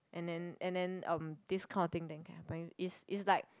and then and then um this kind of thing then can happen it's it's like